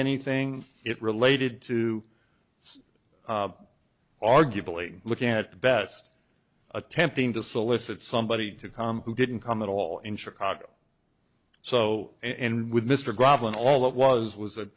anything it related to arguably looking at best attempting to solicit somebody to come who didn't come at all in chicago so and with mr grubman all it was was a